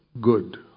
good